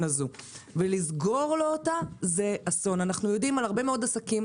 אנחנו עושים מהפכה בנקאית,